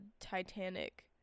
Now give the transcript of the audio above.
Titanic